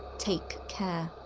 take care!